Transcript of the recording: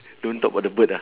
don't talk about the bird ah